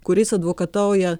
kuris advokatauja